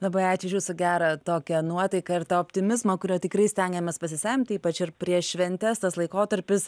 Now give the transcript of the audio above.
labai ačiū už jūsų gerą tokią nuotaiką ir tą optimizmą kurio tikrai stengiamės pasisemti ypač ir prieš šventes tas laikotarpis